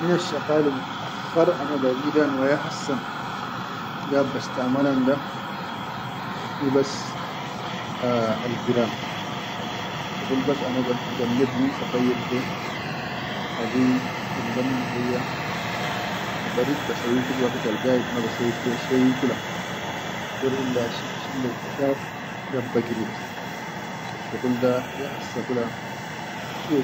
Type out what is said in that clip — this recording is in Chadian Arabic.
Minnal shagali akhar ana baridan wa ya hassan gaid bastaʼamalan da hibas al gira, shugul bas ana gammet min sakayyir ke abuyi allam ni leya barid ba sauyi al wagit al gaid ma ba saiyi shai fiya badir a shif leyi kitab gaid ba giri bas asshugul da ya hassa kula.